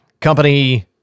Company